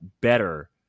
better